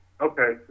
Okay